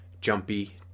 jumpy